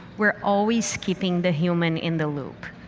we're always keeping the human in the loop.